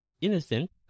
innocent